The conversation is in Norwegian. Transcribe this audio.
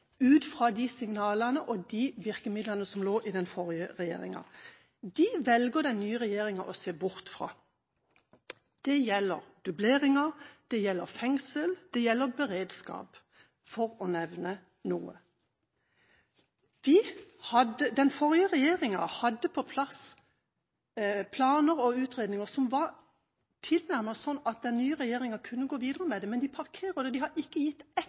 ut fra signalene fra og virkemidlene til den forrige regjeringen. De velger den nye regjeringen å se bort fra. Det gjelder dublering, det gjelder fengsel, det gjelder beredskap – for å nevne noe. Den forrige regjeringen hadde på plass planer og utredninger som var tilnærmet sånn at den nye regjeringen kunne gå videre med det, men de parkerer det. Og de har ikke kommet med ett